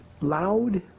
Loud